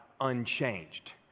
unchanged